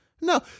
No